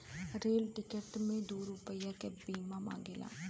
rail ticket मे दू रुपैया के बीमा मांगेला